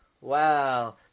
Wow